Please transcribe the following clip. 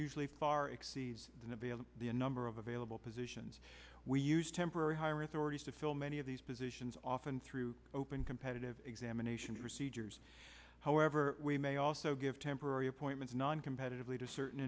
usually far exceeds the veil of the number of available positions we use temporary hire authorities to fill many of these positions often through open competitive examination procedures however we may also give temporary appointments noncompetitive lead to certain